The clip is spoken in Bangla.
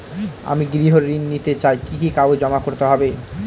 আমি গৃহ ঋণ নিতে চাই কি কি কাগজ জমা করতে হবে?